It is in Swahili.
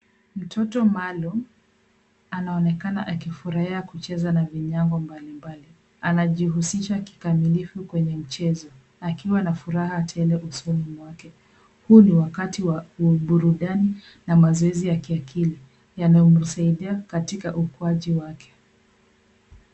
Mtoto maalum anaonekana akifurahia kucheza na vinyago mbalimbali. Anajihusisha kikamilifu kwenye mchezo akiwa na furaha tele usoni mwake. Huu ni wakati wa uburudani na mazoezi ya kiakili yanayomsaidia katika ukuaji wake.